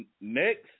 Next